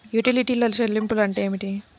యుటిలిటీల చెల్లింపు అంటే ఏమిటి?